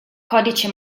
codice